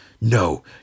No